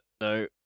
no